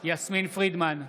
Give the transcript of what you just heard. יסמין פרידמן,